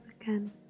again